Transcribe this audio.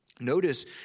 Notice